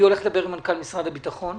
אני הולך לדבר עם מנכ"ל משרד הביטחון.